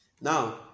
Now